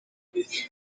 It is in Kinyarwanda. yagize